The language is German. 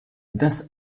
das